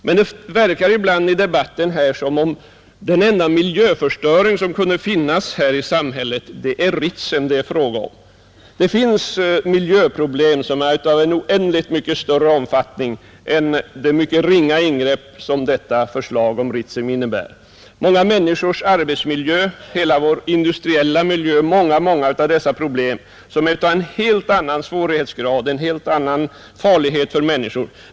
Men det verkar ibland i debatten som om den enda miljöförstöring som kan finnas här i samhället är Ritsem, Det finns miljöproblem av oändligt mycket större omfattning än det mycket ringa ingrepp som förslaget om Ritsem innebär. Många människors arbetsmiljö, hela vår industriella miljö inrymmer problem som är av en helt annan svårighetsgrad och mycket farligare för människor.